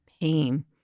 pain